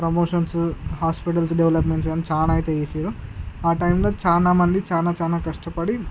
promotions hospitals developments అని చాలా అవుతాయి ఈజీగా ఆ టైంలో చాలా మంది చాలా చాలా కష్టపడి